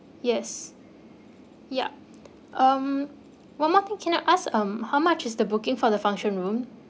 yes yup um one more thing can I ask um how much is the booking for the function room